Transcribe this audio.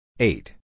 Eight